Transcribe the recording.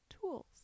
tools